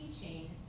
teaching